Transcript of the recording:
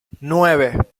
nueve